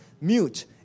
mute